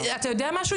אתה יודע משהו?